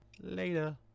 later